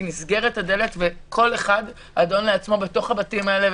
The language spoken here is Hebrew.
כי נסגרת הדלת וכל אחד אדון לעצמו בתוך הבתים האלה.